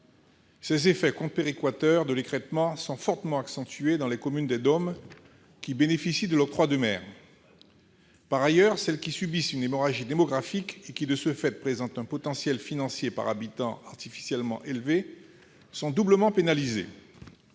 Ces effets contre-péréquateurs de l'écrêtement sont fortement accentués dans les communes des DOM qui bénéficient de l'octroi de mer. Par ailleurs, celles qui subissent une hémorragie démographique et qui, de ce fait, présentent un potentiel financier par habitant artificiellement élevé sont doublement pénalisées.